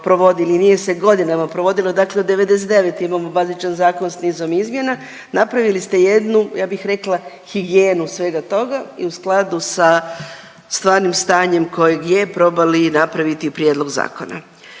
nije se godinama provodilo. Dakle od '99. imamo bazičan zakon s nizom izmjena, napravili ste jednu ja bih rekla, higijenu svega toga i u skladu sa stvarnim stanjem kojeg je probali napraviti prijedlog zakona.